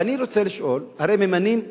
ואני רוצה לשאול, הרי ממנים את,